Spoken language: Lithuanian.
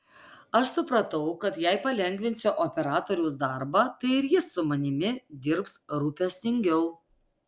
aš supratau kad jei palengvinsiu operatoriaus darbą tai ir jis su manimi dirbs rūpestingiau